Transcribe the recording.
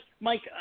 Mike